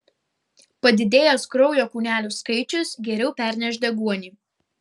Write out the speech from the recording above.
padidėjęs kraujo kūnelių skaičius geriau perneš deguonį